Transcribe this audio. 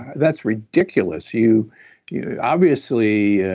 that's ridiculous. you know obviously,